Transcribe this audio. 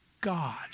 God